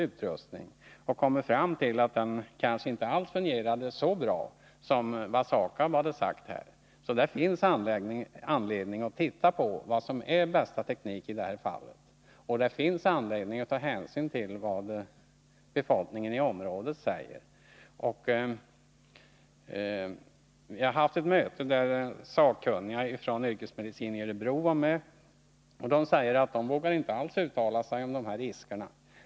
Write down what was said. Aktionsgruppen har kommit fram till att den utrustningen kanske inte fungerar så bra som SAKAB har sagt. Så det finns anledning att titta på vad som är bästa teknik i det här fallet. Och det finns som sagt anledning att ta hänsyn till vad befolkningen i området säger. Vid ett möte där sakkunniga från Yrkesmedicin i Örebro var med sade de att de vågar inte uttala sig om riskerna.